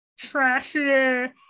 trashier